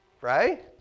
right